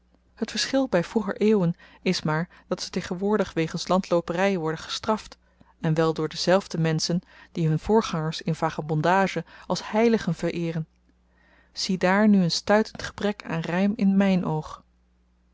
t verschil by vroeger eeuwen is maar dat ze tegenwoordig wegens landloopery worden gestraft en wel door dezelfde menschen die hun voorgangers in vagabondage als heiligen vereeren ziedaar nu n stuitend gebrek aan rym in myn oog